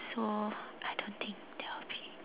so I don't think there will be